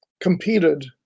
competed